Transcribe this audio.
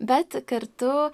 bet kartu